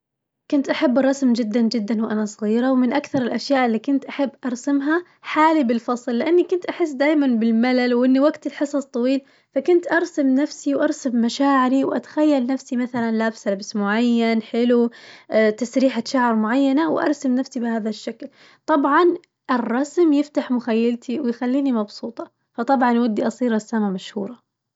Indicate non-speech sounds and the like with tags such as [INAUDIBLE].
كنت أحب الرسم جداً جداً وأنا صغيرة، ومن أكثر الأشياء اللي كنت أحب أرسمها حالي بالفصل لأني كنت أحس دايماً بالملل وإنه وقت الحصص طويل، فكنت أرسم نفسي وأرسم مشاعري وأتخيل نفسي مثلاً لابسة لبس معين حلو، [HESITATION] تسريحة شعر معينة وأرسم نفسي بهذا الشكل، طبعاً الرسم يفتح مخيلتي ويخليني مبسوطة، فطبعاً ودي أصير رسامة مشهورة.